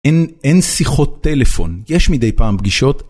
אין שיחות טלפון, יש מדי פעם פגישות.